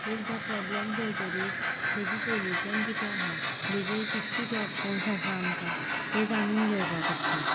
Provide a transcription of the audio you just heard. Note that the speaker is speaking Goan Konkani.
एकदां प्रॉबलम कळटकच ताजेर सॉल्युशन कितें आसा ताजेर कितें कितें ऑपशन आसा आमकां तें जाणून घेवपाक पडटा